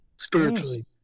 Spiritually